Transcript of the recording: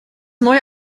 neue